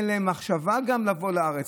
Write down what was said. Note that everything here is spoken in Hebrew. ואין להם מחשבה לבוא לארץ.